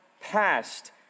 passed